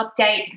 updates